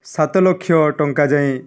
ସାତ ଲକ୍ଷ ଟଙ୍କା ଯାଏଁ